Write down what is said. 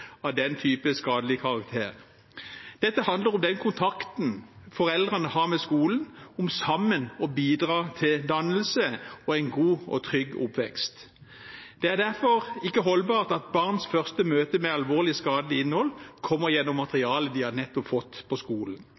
av den type skadelig karakter. Dette handler om den kontakten foreldrene har med skolen, om sammen å bidra til dannelse og en god og trygg oppvekst. Det er derfor ikke holdbart at barns første møte med alvorlig skadelig innhold kommer gjennom materiale de har fått på skolen